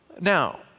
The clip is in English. Now